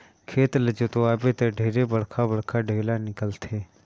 खेत ल जोतवाबे त ढेरे बड़खा बड़खा ढ़ेला निकलथे